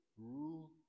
rule